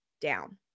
down